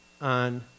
on